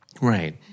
Right